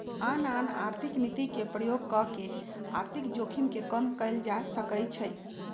आन आन आर्थिक नीति के प्रयोग कऽ के आर्थिक जोखिम के कम कयल जा सकइ छइ